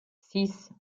six